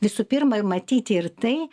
visų pirma matyti ir tai